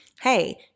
Hey